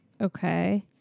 Okay